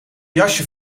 jasje